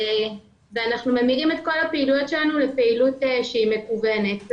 ואנחנו ממירים את כל הפעילויות שלנו לפעילות שהיא מקוונת.